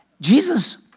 Jesus